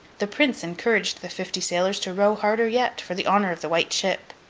the prince encouraged the fifty sailors to row harder yet, for the honour of the white ship.